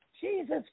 Jesus